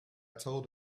told